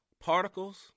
particles